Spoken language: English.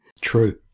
True